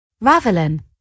Ravelin